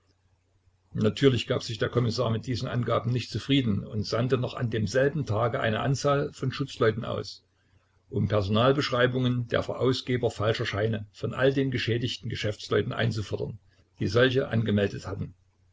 natürlich gab sich der kommissar mit diesen angaben nicht zufrieden und sandte noch an demselben tage eine anzahl von schutzleuten aus um personalbeschreibungen der verausgeber falscher scheine von all den geschädigten geschäftsleuten einzufordern die solche angemeldet hatten